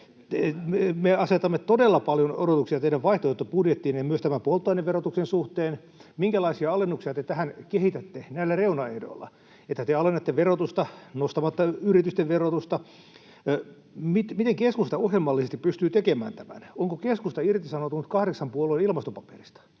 Me asetamme todella paljon odotuksia teidän vaihtoehtobudjetillenne myös tämän polttoaineverotuksen suhteen. Minkälaisia alennuksia te tähän kehitätte reunaehdolla, että te alennatte verotusta nostamatta yritysten verotusta? Miten keskusta ohjelmallisesti pystyy tekemään tämän, onko keskusta irtisanoutunut kahdeksan puolueen ilmastopaperista?